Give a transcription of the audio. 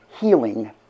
healing